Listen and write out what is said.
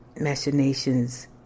machinations